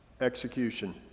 execution